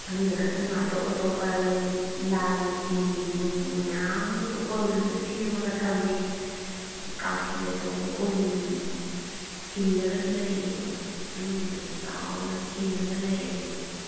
ꯑꯗꯨꯗ ꯅꯠꯇꯅ ꯑꯇꯣꯞ ꯑꯇꯣꯞꯄ ꯂꯩ ꯂꯥꯏꯁꯤꯡꯒꯤ ꯃꯨꯔꯇꯤ ꯃꯌꯥꯝ ꯑꯃꯁꯨ ꯑꯀꯣꯏꯕꯗꯨꯗ ꯁꯦꯝꯂꯒ ꯊꯝꯏ ꯑꯗꯒꯤ ꯀꯥꯡꯁꯤ ꯑꯆꯧꯕ ꯀꯣꯅꯨꯡꯒꯤ ꯈꯤꯜꯂꯒꯁꯨ ꯂꯩꯌꯦꯕ ꯃꯅꯨꯡꯗꯨꯗ ꯆꯥꯎꯅ ꯈꯤꯜꯂꯒ ꯂꯩꯌꯦ